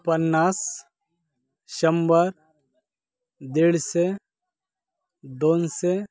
पन्नास शंभर दीडशे दोनशे